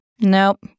nope